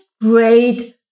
great